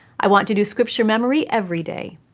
i want to do scripture memory every day.